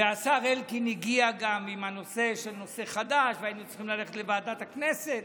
והשר אלקין הגיע גם עם נושא חדש והיינו צריכים ללכת לוועדת הכנסת.